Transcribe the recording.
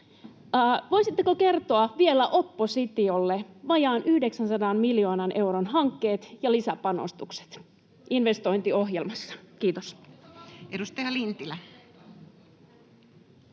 Voisitteko kertoa vielä oppositiolle vajaan 900 miljoonan euron hankkeet ja lisäpanostukset investointiohjelmassa? — Kiitos.